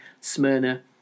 Smyrna